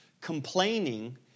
Complaining